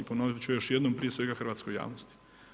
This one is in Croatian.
Ponoviti ću još jednom prije svega hrvatskoj javnosti.